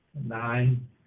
Nine